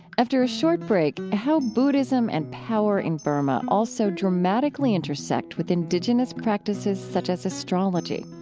after a short break, how buddhism and power in burma also dramatically intersect with indigenous practices such as astrology.